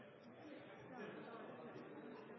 si